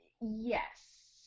yes